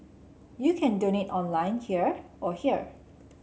you can donate online here or here